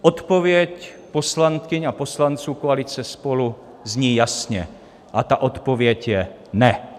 Odpověď poslankyň a poslanců koalice SPOLU zní jasně a ta odpověď je: Ne!